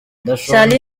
charly